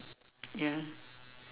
ya